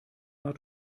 hat